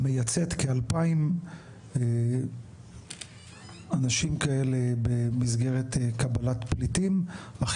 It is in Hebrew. מייצאת כאלפיים אנשים כאלו במסגרת קבלת פליטים אך